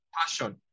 passion